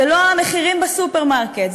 זה לא המחירים בסופרמרקט,